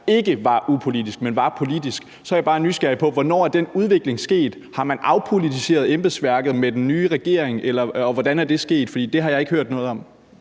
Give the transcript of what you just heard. ikke var upolitisk, men var politisk, så er jeg bare nysgerrig på, hvornår den udvikling er sket. Har man afpolitiseret embedsværket med den nye regering, og hvordan er det sket, for det har jeg ikke hørt noget om?